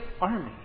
army